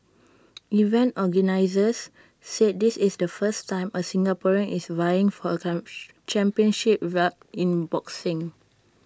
event organisers said this is the first time A Singaporean is vying for A championship belt in boxing